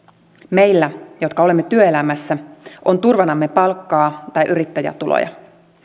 meillä jotka olemme työelämässä on turvanamme palkkaa tai yrittäjätuloja